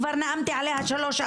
כבר נאמתי עליה שלוש,